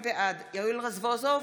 בעד יואל רזבוזוב,